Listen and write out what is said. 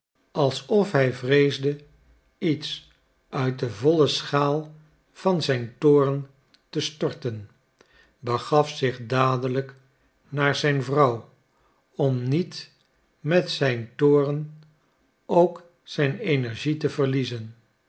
alsof hij vreesde iets uit de volle schaal van zijn toorn te storten begaf zich dadelijk naar zijn vrouw om niet met zijn toorn ook zijn energie te verliezen